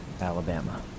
Alabama